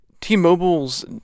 t-mobile's